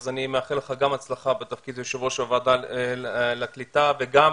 אז אני מאחל לך גם בהצלחה בתפקיד יושב ראש הוועדה לקליטה וגם